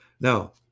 Now